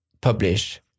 publish